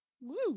Woo